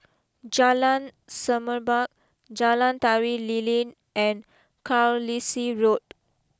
Jalan Semerbak Jalan Tari Lilin and Carlisle Road